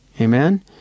Amen